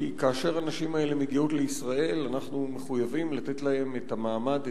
כי כאשר הנשים האלה מגיעות לישראל אנחנו מחויבים לתת להן את המעמד,